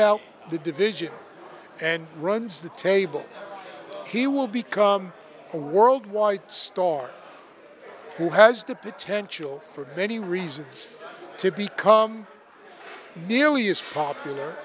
out the division and runs the table he will become a world wide star who has the potential for many reasons to become nearly as popular